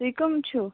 تُہۍ کٕم چھِو